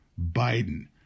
Biden